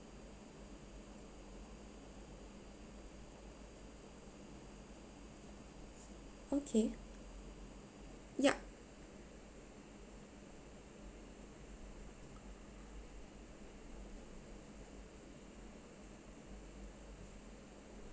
okay yup